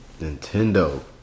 Nintendo